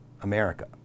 America